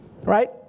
Right